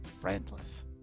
Friendless